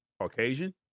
Caucasian